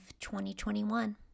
2021